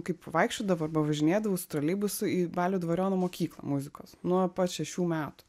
kaip vaikščiodavau arba važinėdavau su troleibusu į balio dvariono mokyklą muzikos nuo pat šešių metų